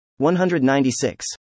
196